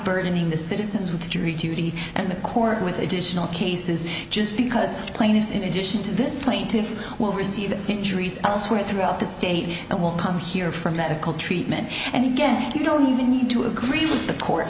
burdening the citizens with jury duty and the court with additional cases just because plaintiffs in addition to this plaintiffs will receive injuries elsewhere throughout the state and will come here for medical treatment and again you don't even need to agree with the court